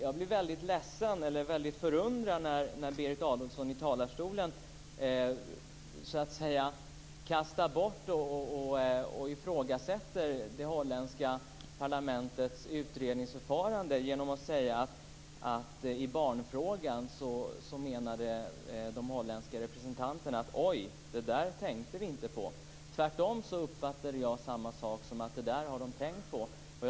Jag blir väldigt förundrad när Berit Adolfsson i talarstolen ifrågasätter det holländska parlamentets utredningsförfarande genom att säga att de holländska representanterna inte hade tänkt på barnfrågan. Jag uppfattade samma sak tvärtom; de hade tänkt på detta.